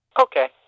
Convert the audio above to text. Okay